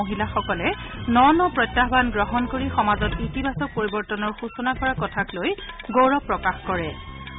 মহিলাসকলে ন ন প্ৰত্যাহ্বান গ্ৰহণ কৰি সমাজত ইতিবাচক পৰিবৰ্তনৰ সূচনা কৰা কথাক লৈ গৌৰৱ প্ৰকাশ কৰিছে